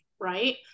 right